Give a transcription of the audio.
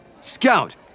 Scout